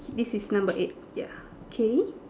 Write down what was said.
this is number eight ya okay